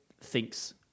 thinks